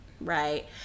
right